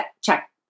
check